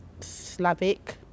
Slavic